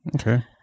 Okay